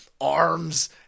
arms